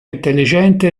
intelligente